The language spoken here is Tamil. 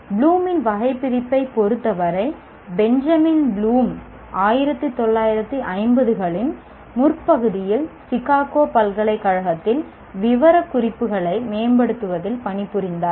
ப்ளூமின் வகைபிரிப்பைப் பொருத்தவரை பெஞ்சமின் ப்ளூம் 1950 களின் முற்பகுதியில் சிகாகோ பல்கலைக்கழகத்தில் விவரக்குறிப்புகளை மேம்படுத்துவதில் பணிபுரிந்தார்